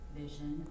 vision